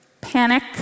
panic